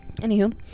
Anywho